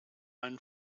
own